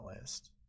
list